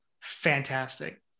fantastic